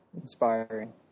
inspiring